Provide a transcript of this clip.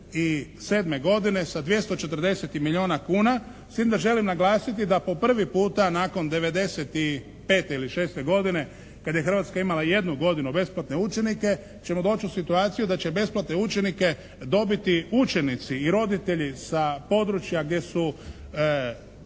2007. godine sa 240 milijuna kuna, s tim da želim naglasiti da po prvi puta nakon 95. ili 96. godine kada je Hrvatska imala jednu godinu besplatne učenike ćemo doći u situaciju da će besplatne učenike dobiti učenici i roditelji sa područja gdje su